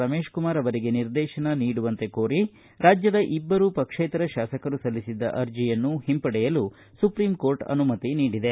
ರಮೇಶ್ಕುಮಾರ್ ಅವರಿಗೆ ನಿರ್ದೇಶನ ನೀಡುವಂತೆ ಕೋರಿ ರಾಜ್ಯದ ಇಬ್ಬರು ಪಕ್ಷೇತರ ಶಾಸಕರು ಸಲ್ಲಿಸಿದ್ದ ಅರ್ಜಿಯನ್ನು ಹಿಂಪಡೆಯಲು ಸುಪ್ರೀಂ ಕೋರ್ಟ್ ಅನುಮತಿ ನೀಡಿದೆ